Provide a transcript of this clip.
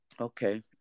okay